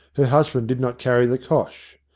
her husband did not carry the cosh.